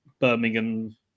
birmingham